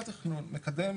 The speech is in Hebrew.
אז מינהל התכנון מקדם